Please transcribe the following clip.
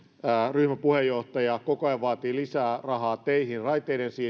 ryhmäpuheenjohtaja koko ajan vaatii lisää rahaa teihin raiteiden